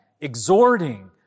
exhorting